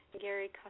Gary